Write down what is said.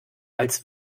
als